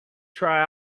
try